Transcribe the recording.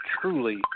truly